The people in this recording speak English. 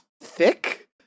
thick